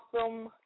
awesome